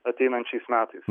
ateinančiais metais